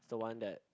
the one that